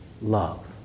love